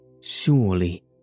Surely